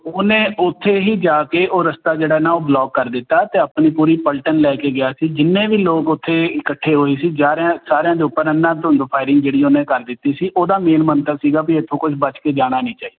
ਉਹਨੇ ਉੱਥੇ ਹੀ ਜਾ ਕੇ ਉਹ ਰਸਤਾ ਜਿਹੜਾ ਨਾ ਉਹ ਬਲੋਕ ਕਰ ਦਿੱਤਾ ਅਤੇ ਆਪਣੀ ਪੂਰੀ ਪਲਟਨ ਲੈ ਕੇ ਗਿਆ ਸੀ ਜਿੰਨੇ ਵੀ ਲੋਕ ਉਥੇ ਇਕੱਠੇ ਹੋਏ ਸੀ ਜਾਰਿਹਾਂ ਸਾਰਿਆਂ ਦੇ ਉੱਪਰ ਇਹਨਾਂ ਧੁੰਦ ਫਾਇਰਿੰਗ ਜਿਹੜੀ ਉਹਨੇ ਕਰ ਦਿੱਤੀ ਸੀਗੀ ਉਹਦਾ ਮੇਨ ਮੰਤਵ ਸੀਗਾ ਵੀ ਇੱਥੋਂ ਕੁਛ ਬਚ ਕੇ ਜਾਣਾ ਨਹੀਂ ਚਾਹੀਦਾ